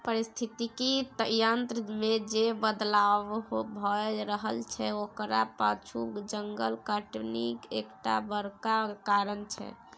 पारिस्थितिकी तंत्र मे जे बदलाव भए रहल छै ओकरा पाछु जंगल कटनी एकटा बड़का कारण छै